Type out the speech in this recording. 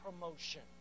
promotion